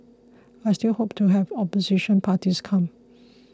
I still hope to have opposition parties come